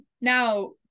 Now